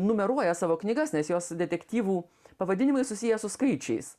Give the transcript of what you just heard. numeruoja savo knygas nes jos detektyvų pavadinimai susiję su skaičiais